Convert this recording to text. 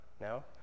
No